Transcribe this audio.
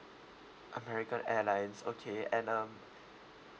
American Airlines okay and um